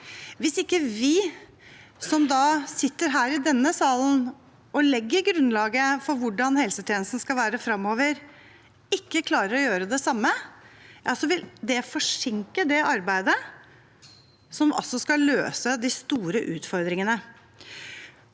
Hvis ikke vi som sitter her i denne salen og legger grunnlaget for hvordan helsetjenesten skal være fremover, klarer å gjøre det samme, vil det forsinke det arbeidet som skal løse de store utfordringene.